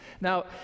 Now